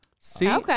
See